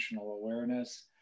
awareness